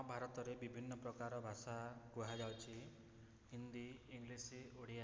ଆମ ଭାରତରେ ବିଭିନ୍ନ ପ୍ରକାର ଭାଷା କୁହାଯାଉଛି ହିନ୍ଦୀ ଇଂଗ୍ଲିଶ୍ ଓଡ଼ିଆ